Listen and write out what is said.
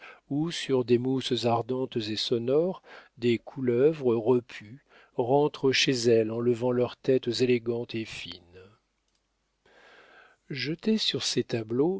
où sur des mousses ardentes et sonores des couleuvres repues rentrent chez elles en levant leurs têtes élégantes et fines jetez sur ces tableaux